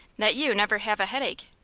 that you never have a headache.